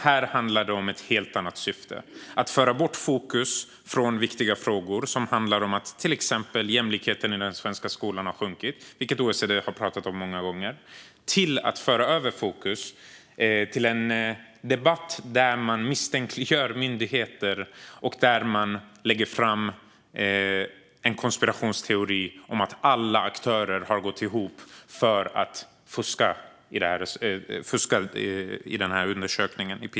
Här handlar det om ett helt annat syfte, nämligen att föra bort fokus från viktiga frågor som handlar om att till exempel jämlikheten i den svenska skolan har sjunkit, vilket OECD har pratat om många gånger, till att föra över fokus till en debatt där man misstänkliggör myndigheter och där man lägger fram en konspirationsteori om att alla aktörer har gått ihop för att fuska i PISA-undersökningen.